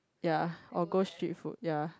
ya or go street food ya